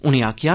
उनें आखेआ